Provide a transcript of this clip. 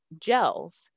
gels